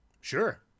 Sure